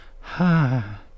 ha